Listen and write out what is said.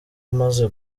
amaze